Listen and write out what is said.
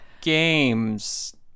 games